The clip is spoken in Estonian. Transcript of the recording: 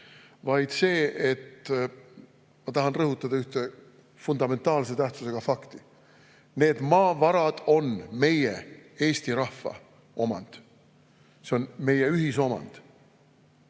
vaid selles, et ma tahan rõhutada ühte fundamentaalse tähtsusega fakti: need maavarad on meie, Eesti rahva omand. Need on meie ühisomand.